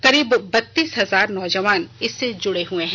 करीब बत्तीस हजार नौजवान इससे जुड़े हुए हैं